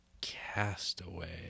Castaway